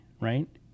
Right